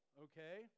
okay